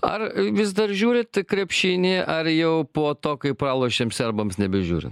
ar vis dar žiūrit krepšinį ar jau po to kai palošėm serbams nebežiūri